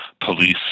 police